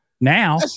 now